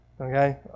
Okay